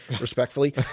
respectfully